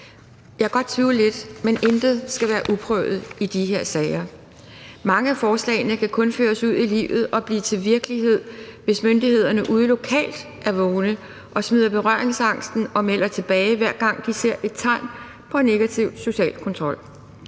Jeg kan godt tvivle lidt, men intet skal være uprøvet i de her sager. Mange af forslagene kan kun føres ud i livet og blive til virkelighed, hvis myndighederne ude lokalt er vågne og smider berøringsangsten og melder tilbage, hver gang de ser et tegn på negativ social kontrol.